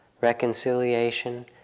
reconciliation